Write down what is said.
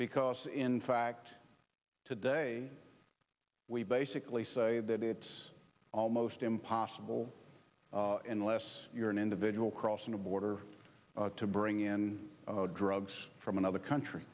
because in fact today we basically say that it's almost impossible unless you're an individual crossing the border to bring in drugs from another country